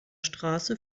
straße